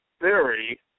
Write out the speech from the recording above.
theory